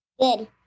Good